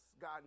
God